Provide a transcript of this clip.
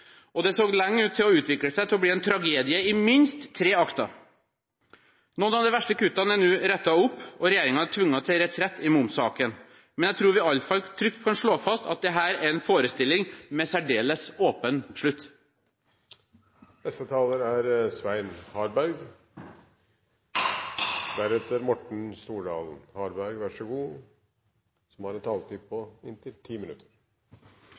og det så lenge ut til å utvikle seg til å bli en tragedie i – minst – tre akter. Noen av de verste kuttene er nå rettet opp, og regjeringen er tvunget til retrett i momssaken. Men jeg tror vi i alle fall trygt kan slå fast at dette er en forestilling med særdeles åpen slutt. Dommedagsprofetiene over Kultur-Norge var mange før regjeringen la fram budsjettet for 2015. Det var ikke måte på hvor mange som